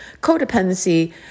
codependency